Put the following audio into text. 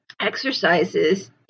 exercises